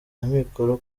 amikoro